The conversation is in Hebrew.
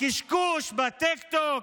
הקשקוש בטיקטוק,